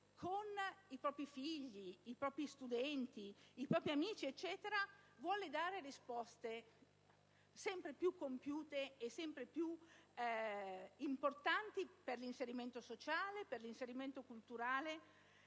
con i propri figli, i propri studenti, i propri amici, vuole dare risposte sempre più compiute e sempre più importanti per l'inserimento sociale, per l'inserimento culturale